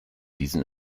diesen